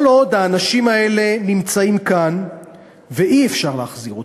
כל עוד האנשים האלה נמצאים כאן ואי-אפשר להחזיר אותם,